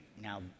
Now